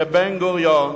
שבן-גוריון